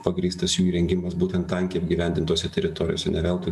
pagrįstas jų įrengimas būtent tankiai apgyvendintose teritorijose ne veltui